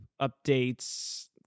updates